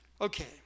Okay